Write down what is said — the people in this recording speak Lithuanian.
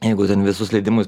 jeigu ten visus leidimus